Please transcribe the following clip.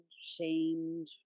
shamed